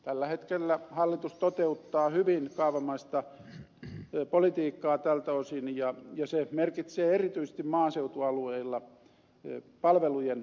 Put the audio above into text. tällä hetkellä hallitus toteuttaa hyvin kaavamaista politiikkaa tältä osin ja se merkitsee erityisesti maaseutualueilla palvelujen heikkenemistä